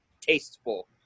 tasteful